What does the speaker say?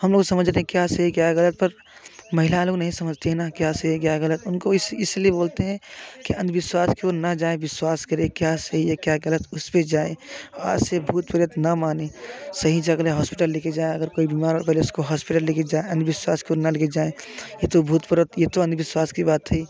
हम लोग समझ रहे हैं क्या सही क्या है ग़लत पर महिलाएँ लोग नहीं समझती हैं ना क्या सही है क्या गलत है उनको इस इसलिए बोलते हैं कि अंधविश्वास क्यों ना जाए विश्वास करें क्या सही है क्या ग़लत उस पे जाएँ आज से भूत प्रेत ना मानी सही जगह लें हॉस्पिटल लेके जाएँ अगर कोई बीमार और पहले उसको हॉस्पिटल लेके जाएँ अंधविश्वास को ना लेके जाएँ ये तो भूत प्रेत ये तो अंधविश्वास की बात थी